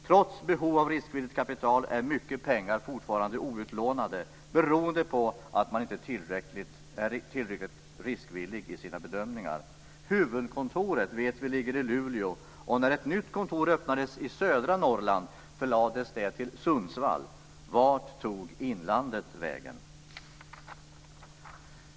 Trots behov av riskvilligt kapital är mycket pengar fortfarande outlånade beroende på att man inte är tillräckligt riskvillig i sina bedömningar. Huvudkontoret vet vi ligger i Luleå, och när ett nytt kontor öppnades i södra Norrland förlades det till Sundsvall. Vart tog inlandet vägen?